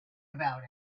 about